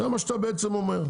זה מה שאתה בעצם אומר.